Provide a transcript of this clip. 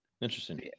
Interesting